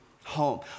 home